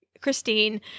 Christine